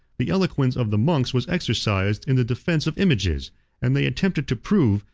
the eloquence of the monks was exercised in the defence of images and they attempted to prove,